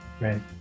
Right